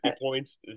points